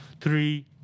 three